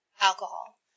alcohol